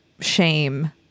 shame